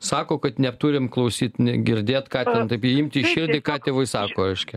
sako kad neturim klausyt negirdėt ką ten imti į širdį ką tėvai sako reiškia